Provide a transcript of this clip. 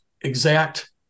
exact